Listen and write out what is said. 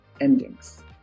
endings